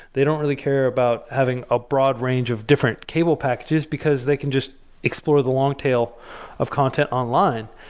they don't really care about having a broad range of different cable packages, because they can just explore the long tail of content online.